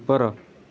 ଉପର